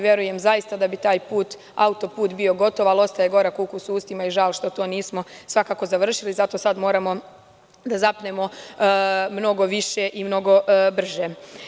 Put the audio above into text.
Verujem zaista da bi taj autoput bio gotov, ali ostaje korak ukus u ustima i žal što to nismo svakako završili i zato sad moramo da zapnemo mnogo više i mnogo brže.